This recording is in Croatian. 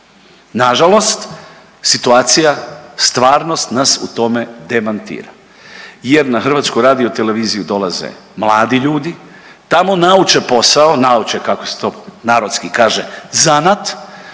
Nažalost, situacija stvarnost nas u tome demantira jer na HRT dolaze mladi ljudi, tamo nauče posao, nauče kako se to narodski kaže zanat,